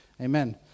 Amen